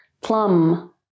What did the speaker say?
Plum